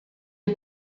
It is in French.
est